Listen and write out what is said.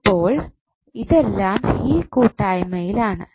അപ്പോൾ ഇതെല്ലാം ഈ കൂട്ടായ്മയിലാണ്